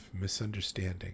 misunderstanding